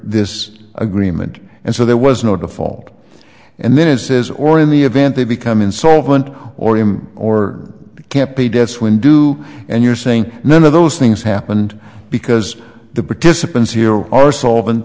this agreement and so there was no default and then it says or in the event they become insolvent or him or can't pay debts when do and you're saying none of those things happened because the participants here are solv